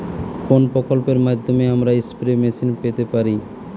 কোন প্রকল্পের মাধ্যমে আমরা স্প্রে মেশিন পেতে পারি?